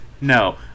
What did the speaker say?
No